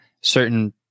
certain